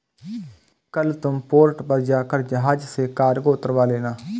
कल तुम पोर्ट पर जाकर जहाज से कार्गो उतरवा लेना